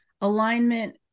alignment